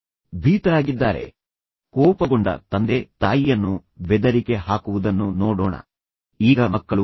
ಈಗ ಕುಟುಂಬದ ವ್ಯವಸ್ಥೆಯಲ್ಲಿ ಕೋಪಗೊಂಡ ತಂದೆ ತಾಯಿಯನ್ನು ಹೊಡೆಯುವುದಾಗಿ ಬೆದರಿಕೆ ಹಾಕುವುದನ್ನು ನೋಡೋಣ ಈಗ ಮಕ್ಕಳು